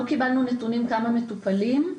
לא קיבלנו נתונים כמה מטופלים.